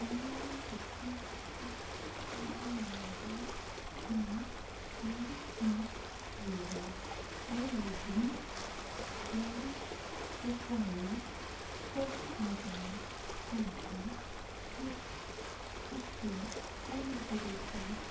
میرے بچپن کی سب سے پیاری یادیں ہیں بارش میں کھیلنا اور وہ بھی بارش کا پانی ٹب میں جمع کر کے پھر اس سے پوری گلی کی